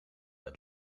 het